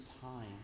time